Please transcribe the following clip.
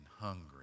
hungry